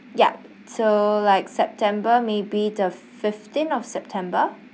yup so like september maybe the fifteenth of september